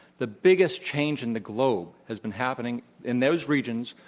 the biggest change in the globe has been happening in those regions,